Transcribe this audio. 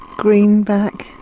green back.